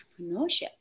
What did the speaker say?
entrepreneurship